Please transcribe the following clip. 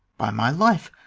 by my life,